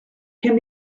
can